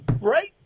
Right